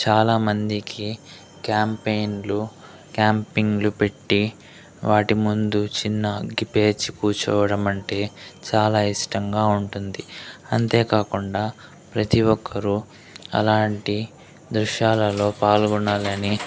చాలామందికి క్యాంపెయిన్లు క్యాంపింగ్లు పెట్టి వాటి ముందు చిన్న గిపేచ్ కూర్చోవడం అంటే చాలా ఇష్టంగా ఉంటుంది అంతేకాకుండా ప్రతి ఒక్కరూ అలాంటి దృశ్యాలలో పాల్గొనాలని